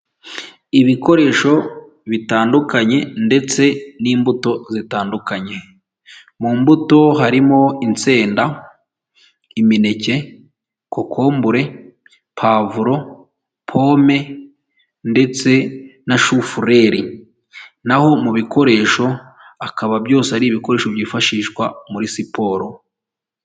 Ibikoresho bitandukanye ndetse n'imbuto zitandukanye, mu mbuto harimo insenda, imineke, kokombure, pavuro, pome ndetse na shufurere, naho mu bikoresho akaba byose ari ibikoresho byifashishwa muri siporo.